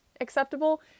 acceptable